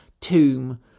tomb